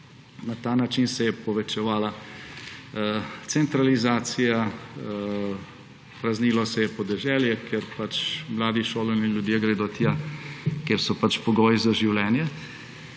Na ta način se je povečevala centralizacija, praznilo se je podeželje, ker pač mladi šolani ljudje gredo tja, kjer so pač pogoji za življenje.